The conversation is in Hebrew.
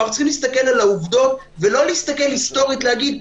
אבל אנחנו צריכים להסתכל על העובדות ולא להסתכל היסטורית ולהגיד,